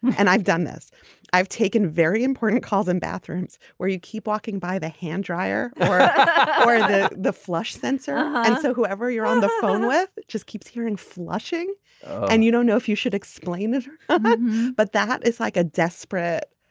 and i've done this i've taken very important calls in bathrooms where you keep walking by the hand dryer or the the flush sensor and so whoever you're on the phone with just keeps hearing flushing and you don't know if you should explain it ah but but that is like a desperate.